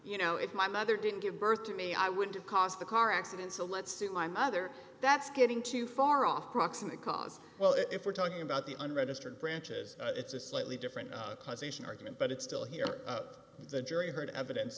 you know if my mother didn't give birth to me i would have caused the car accident so let's see my mother that's getting too far off proximate cause well if we're talking about the unregistered branches it's a slightly different causation argument but it's still here the jury heard evidence